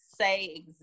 say